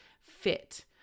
fit